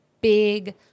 big